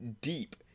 deep